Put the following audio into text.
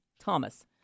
Thomas